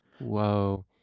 Whoa